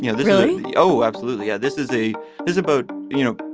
yeah really? oh, absolutely. yeah. this is a is about, you know,